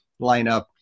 lineup